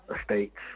estates